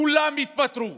כולם יתפטרו.